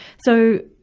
so,